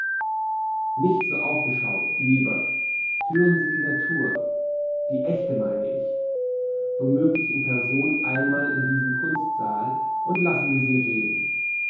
nicht so angeschaut lieber führen sie die natur die ächte meine ich wo möglich in person einmal in diesen kunstsaal und lassen sie sie reden